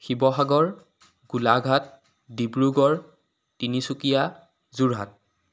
Sivasagar Golaghat Dibrugarh Tinsukia Jorhat